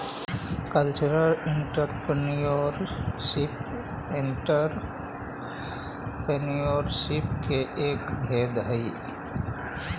cultural entrepreneurship entrepreneurship के एक भेद हई